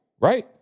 right